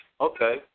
Okay